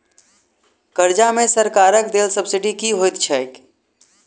कर्जा मे सरकारक देल सब्सिडी की होइत छैक?